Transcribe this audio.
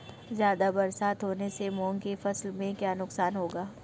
ज़्यादा बरसात होने से मूंग की फसल में क्या नुकसान होगा?